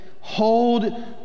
hold